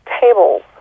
tables